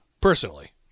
personally